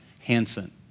Hansen